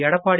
Edappadi